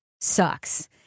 sucks